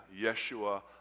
Yeshua